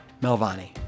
Melvani